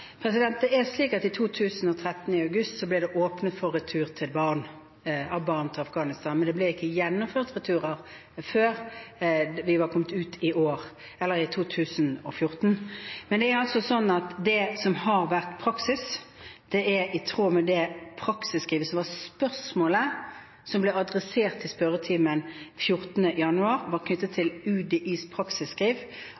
Det er slik at i august 2013 ble det åpnet for retur av barn til Afghanistan, men det ble ikke gjennomført returer før vi var kommet ut i 2014. Det som har vært praksis, er i tråd med praksisskrivet – spørsmålet som ble adressert i spørretimen 14. januar, var knyttet til